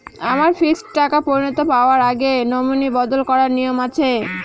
আমার ফিক্সড টাকা পরিনতি পাওয়ার আগে নমিনি বদল করার নিয়ম আছে?